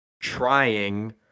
trying –